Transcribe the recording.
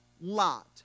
Lot